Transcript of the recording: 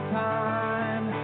time